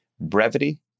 brevity